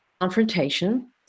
confrontation